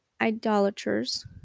idolaters